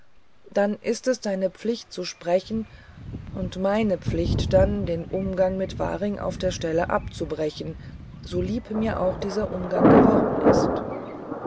dann ist es deine pflicht zu sprechen und meine pflicht dann den umgang mit waring auf der stelle abzubrechen so lieb mir dieser umgang auch geworden ist